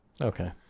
Okay